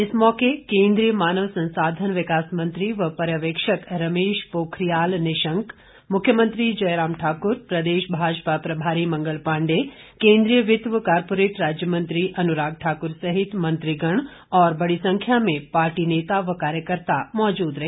इस मौके केंद्रीय मानव संसाधन विकास मंत्री व पर्यवेक्षक रमेश पोखरियाल निशंक मुख्यमंत्री जयराम ठाक्र प्रदेश भाजपा प्रभारी मंगल पांडेय केंद्रीय वित्त व कारपोरेट राज्य मंत्री अनुराग ठाक्र सहित मंत्रिगण और बड़ी संख्या में पार्टी नेता व कार्यकर्त्ता मौजूद रहे